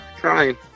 trying